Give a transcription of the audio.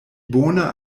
bona